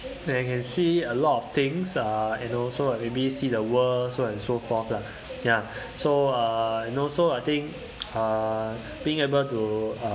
when I can see a lot of things uh and also uh maybe see the world so and so forth lah ya so uh you know also I think uh being able to